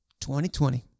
2020